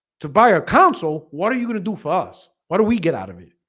to buy a console. what are you gonna do for us? what do we get out of it?